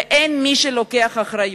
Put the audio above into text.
ואין מי שלוקח את האחריות.